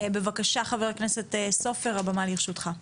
בבקשה, חה"כ סופר, הבמה לרשותך.